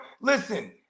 Listen